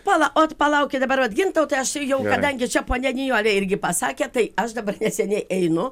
pala o palaukit dabar vat gintautai aš ir jau kadangi čia ponia nijolė irgi pasakė tai aš dabar neseniai einu